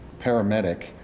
paramedic